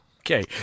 Okay